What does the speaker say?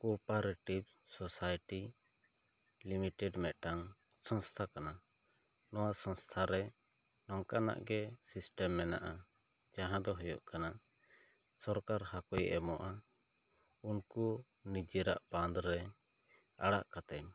cooperative society limited ᱢᱤᱫᱴᱟᱝ ᱥᱚᱝᱥᱛᱷᱟ ᱠᱟᱱᱟ ᱱᱚᱣᱟ ᱥᱚᱝᱥᱛᱷᱟ ᱨᱮ ᱱᱚᱝᱠᱟᱱᱟᱜ ᱜᱮ ᱥᱤᱥᱴᱮᱢ ᱢᱮᱱᱟᱜᱼᱟ ᱡᱟᱦᱟᱸ ᱫᱚ ᱦᱩᱭᱩᱜ ᱠᱟᱱᱟ ᱥᱚᱨᱠᱟᱨ ᱦᱟᱹᱠᱩᱭ ᱮᱢᱚᱜᱼᱟ ᱩᱱᱠᱩ ᱱᱤᱡᱟᱹᱨᱟᱜ ᱵᱟᱱᱫᱷ ᱨᱮ ᱟᱲᱟᱜ ᱠᱟᱛᱮᱜ